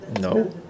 No